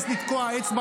לעבוד אצלי.